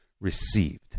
received